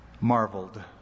marveled